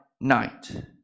night